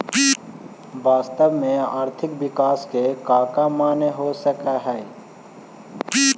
वास्तव में आर्थिक विकास के कका माने हो सकऽ हइ?